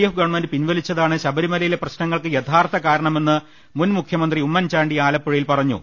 F government പിൻവലിച്ചതാണ് ശബരി മലയിലെ പ്രശ്നങ്ങൾക്ക് യഥാർത്ഥ കാരണമെന്ന് മുൻമുഖ്യമന്ത്രി ഉമ്മൻചാണ്ടി ആലപ്പുഴയിൽ പറഞ്ഞു